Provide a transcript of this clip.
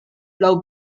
love